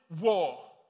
war